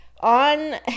On